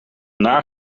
naar